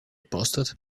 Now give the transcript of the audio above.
posted